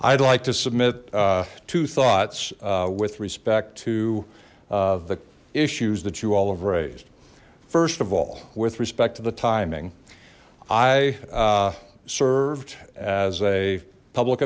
i'd like to submit two thoughts with respect to the issues that you all have raised first of all with respect to the timing i served as a public